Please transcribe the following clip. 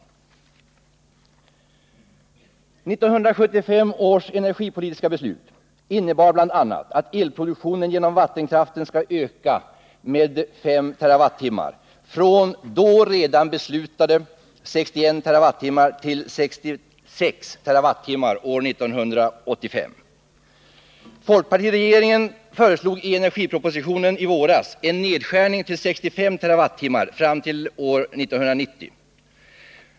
1975 års energipolitiska beslut innebar bl.a. att elproduktionen genom vattenkraft skall öka med 5 TWh, från då redan beslutade 61 TWh till 66 TWh år 1985. Folkpartiregeringen föreslog i energipropositionen i våras en nedskärning till 65 TWh fram till år 1990.